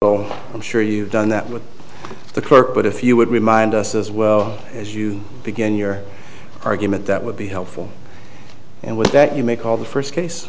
i'm sure you've done that with the court but if you would remind us as well as you begin your argument that would be helpful and with that you may call the first case